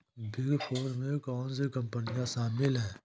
Big four में कौन सी कंपनियाँ शामिल हैं?